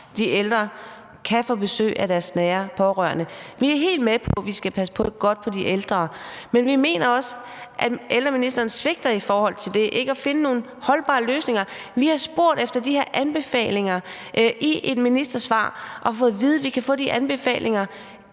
de ældre kan få besøg af deres nære pårørende. Vi er helt med på, at vi skal passe godt på de ældre, men vi mener også, at ældreministeren svigter i forhold til ikke at finde nogle holdbare løsninger. Vi har spurgt efter de her anbefalinger og i et ministersvar fået at vide, at vi kan få de anbefalinger